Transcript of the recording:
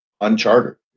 unchartered